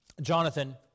Jonathan